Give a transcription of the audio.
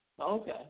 Okay